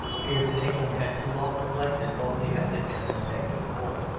feared that england had too long neglected both the ethic and the technique of war,